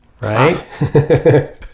right